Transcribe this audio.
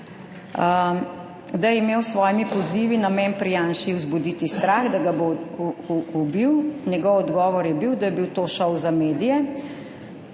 da je imel s svojimi pozivi namen pri Janši vzbuditi strah, da ga bo ubil – njegov odgovor je bil, da je bil to šov za medije,